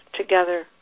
together